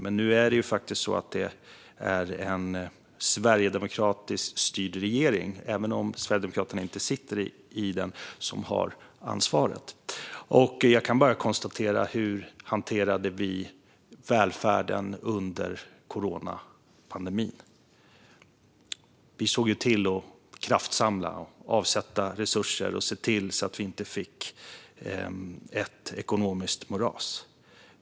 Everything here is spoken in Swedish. Men nu är det faktiskt en sverigedemokratiskt styrd regering, även om Sverigedemokraterna inte sitter i den, som har ansvaret. Jag kan bara konstatera: Hur hanterade vi välfärden under coronapandemin? Vi såg till att kraftsamla och avsätta resurser så att vi inte skulle få ett ekonomiskt moras.